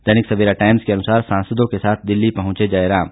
दैनिक Savera Times के अनुसार सांसदों के साथ दिल्ली पहुंचे जयराम